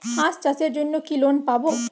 হাঁস চাষের জন্য কি লোন পাব?